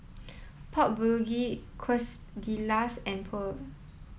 Pork Bulgogi Quesadillas and Pho